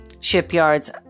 shipyard's